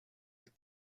est